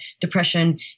depression